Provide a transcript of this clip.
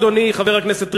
אדוני חבר הכנסת ריבלין,